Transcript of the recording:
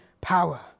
power